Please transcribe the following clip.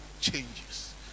changes